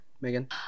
Megan